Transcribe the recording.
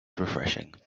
refreshing